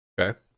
Okay